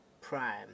prime